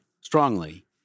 strongly